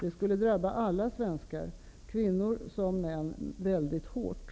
Det skulle drabba alla svenskar -- kvinnor och män -- väldigt hårt.